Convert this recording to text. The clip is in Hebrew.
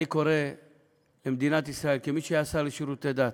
אני קורא למדינת ישראל, כמי שהיה שר לשירותי דת,